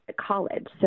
college